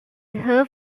her